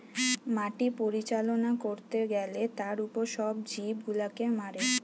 মাটি পরিচালনা করতে গ্যালে তার উপর সব জীব গুলাকে মারে